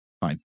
fine